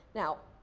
now,